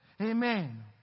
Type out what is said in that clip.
Amen